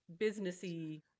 businessy